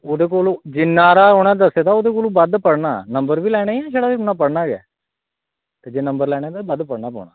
ओह्दे कोला जिन्ना उन्ने दस्से दा ओह्दे कोला बद्ध पढ़ना नंबर बी लैने जां छड़ा पढ़ना गै जे नंबर लैने तां बद्ध पढ़ना पौना